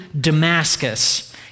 Damascus